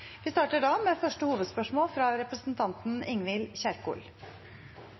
Vi starter med første hovedspørsmål, fra representanten Ingvild Kjerkol.